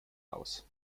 aus